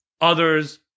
others